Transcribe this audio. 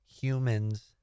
humans